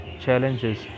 challenges